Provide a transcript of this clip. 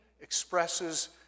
expresses